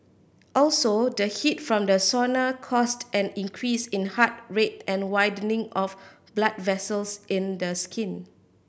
also the heat from the sauna caused an increase in heart rate and widening of blood vessels in the skin